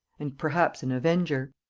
and perhaps an avenger.